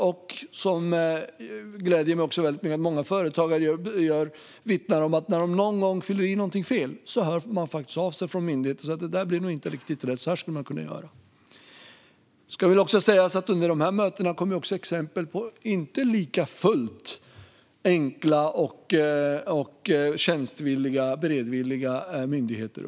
Det gläder mig också att många företagare vittnar om att när de någon gång har fyllt i något fel hör myndigheten av sig och säger: "Det där blev nog inte riktigt rätt. Så här skulle man kunna göra." Det ska också sägas att det under mötena kommer upp exempel på inte lika enkla, tjänstvilliga och beredvilliga myndigheter.